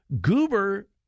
Goober